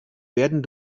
werden